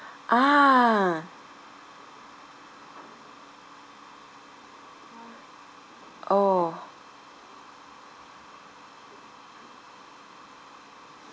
ah orh